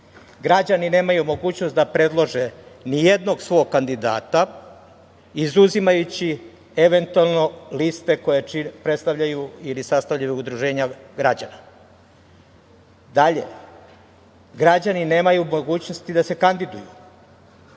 Građani nemaju mogućnost da predlože nijednog svog kandidata, izuzimaju, eventualno, liste koje predstavljaju ili sastavljaju udruženja građana. Dalje, građani nemaju mogućnosti da se kandiduju